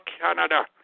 Canada